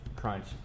crunch